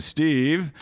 Steve